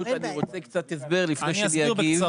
קצת הסבר לפני שאני אגיב.